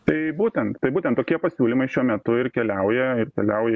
tai būtent tai būtent tokie pasiūlymai šiuo metu ir keliauja ir keliauja